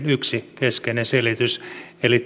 yksi keskeinen selitys eli